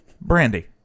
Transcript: Brandy